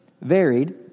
varied